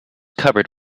cupboard